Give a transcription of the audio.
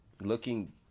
looking